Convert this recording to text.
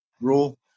rule